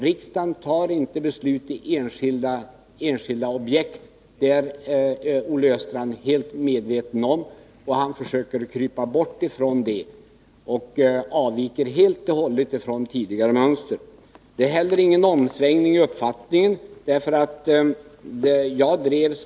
Riksdagen fattar inte beslut i fråga om enskilda objekt, och det är Olle Östrand fullt medveten om. Han försöker emellertid krypa undan och avviker helt och hållet från tidigare mönster. Vidare är det inte fråga om någon svängning i uppfattning.